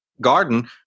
garden